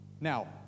Now